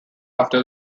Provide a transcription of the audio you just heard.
after